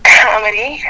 comedy